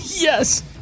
Yes